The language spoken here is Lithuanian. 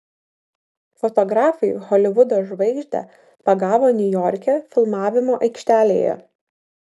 fotografai holivudo žvaigždę pagavo niujorke filmavimo aikštelėje